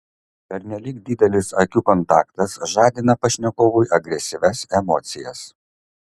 pernelyg didelis akių kontaktas žadina pašnekovui agresyvias emocijas